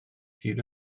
hyd